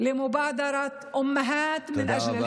למיזם אימהות לחיים.) תודה.